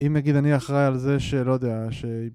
אם נגיד אני אחראי על זה שלא יודע